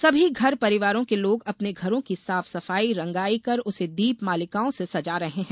सभी घर परिवारों के लोग अपने घरों की साफ सफाई रंगाई कर उसे दीप मालिकाओं से सजा रहे है